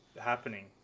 happening